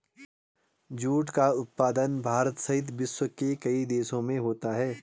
jute का उत्पादन भारत सहित विश्व के कई देशों में होता है